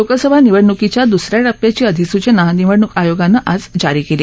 लोकसभा निवडणुकीच्या दुस या टप्प्याची अधिसूचना निवडणूक आयोगानं आज जारी केली